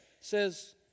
says